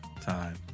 time